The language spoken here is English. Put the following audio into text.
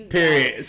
Period